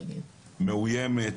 מאויימת,